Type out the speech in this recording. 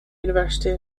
university